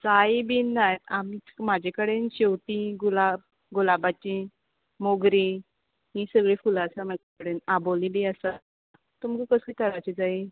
जाई बीन ना आमच् म्हाजे कडेन शेंवतीं गुलाब गुलाबाचीं मोगरीं हीं सगळीं फुलां आसा म्हाजे कडेन आबोलीं बी आसा तुमकां कसली तराचीं जायी